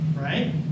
Right